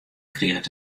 kriget